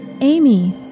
Amy